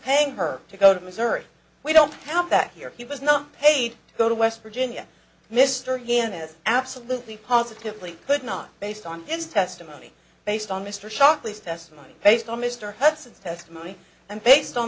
paying her to go to missouri we don't have that here he was not paid to go to west virginia mr him is absolutely positively could not based on his testimony based on mr shockley's testimony based on mr hudson's testimony and based on